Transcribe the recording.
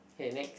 K next